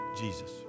Jesus